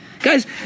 guys